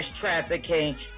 trafficking